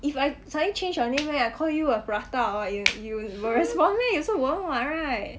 if I suddenly change your name leh I call you a prata or what you you will respond meh you also won't right